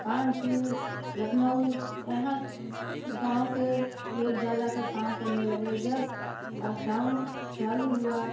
कानपुर लखनऊ यहाँ गाँव के लोग जा जाकर काम करने लगे जब लाकडाउन चालू हुआ